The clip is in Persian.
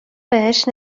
بهش